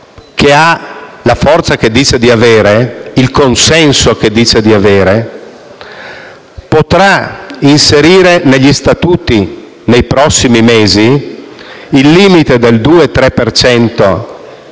che ha la forza e il consenso che dice di avere, potrà inserire negli statuti, nei prossimi mesi, il limite del 2-3